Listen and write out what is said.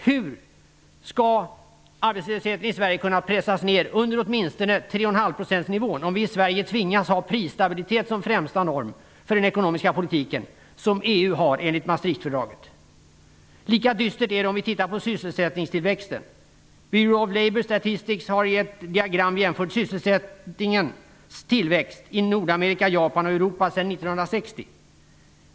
Hur skall arbetslösheten i Sverige kunna pressas ned under åtminstone 3,5-procentsnivån, om vi i Sverige tvingas ha prisstabilitet som främsta norm för den ekonomiska politiken, som EU har enligt Maastrichtfördraget? Det är lika dystert om vi tittar på sysselsättningstillväxten. Bureau of Labour Statistics har i ett diagram jämfört sysselsättningens tillväxt i Nordamerika, Japan och Europa sedan 1960.